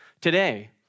today